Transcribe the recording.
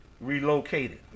relocated